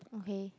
okay